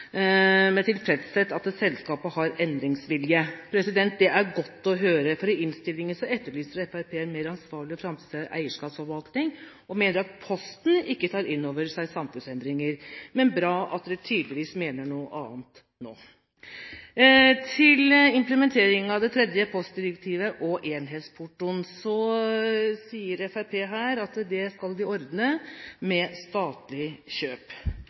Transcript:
med tilfredshet at selskapet har endringsvilje. Det er godt å høre, for i innstillingen etterlyser Fremskrittspartiet en mer ansvarlig og framtidsrettet eierskapsforvaltning, og mener at Posten Norge ikke tar inn over seg samfunnsendringer. Det er bra at de tydeligvis mener noe annet nå. Når det gjelder implementeringen av det tredje postdirektivet og enhetsportoen, sier Fremskrittspartiet at det skal de ordne med statlig kjøp.